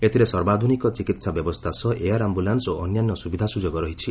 ଏଥିରେ ସର୍ବାଧୁନିକ ଚିକିତ୍ସା ବ୍ୟବସ୍ଥା ସହ ଏୟାର୍ ଆମ୍ଭୁଲାନ୍ୱ ଓ ଅନ୍ୟାନ୍ୟ ସୁବିଧା ସୁଯୋଗ ରହିଛି